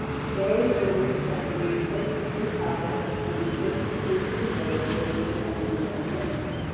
today we will be discussing six key topics and six key speakers will be presenting the information.